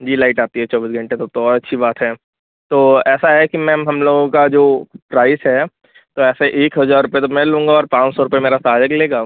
जी light आती है चौबीस घंटे तब तो और अच्छी बात है तो ऐसा है कि मैम हम लोगों का जो प्राइस है तो ऐसे एक हजार रुपये तो मैं लूँगा और पाँच सौ रुपये मेरा सहायक लेगा